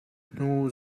hnu